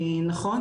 נכון,